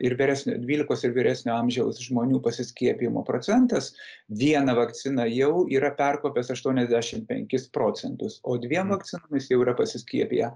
ir vyresn dvylikos ir vyresnio amžiaus žmonių pasiskiepijimo procentas viena vakcina jau yra perkopęs aštuoniasdešimt penkis procentus o dviem vakcinomis jau yra pasiskiepiję